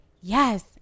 yes